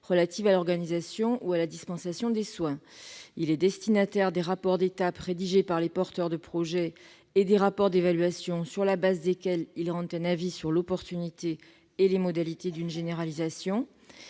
relatives à l'organisation ou à la dispensation des soins. Il est en outre destinataire des rapports d'étape rédigés par les porteurs de projet et des rapports d'évaluation sur la base desquels il rend un avis sur l'opportunité et les modalités d'une généralisation.